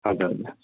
हजुर हजुर